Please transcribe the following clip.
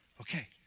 okay